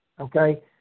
okay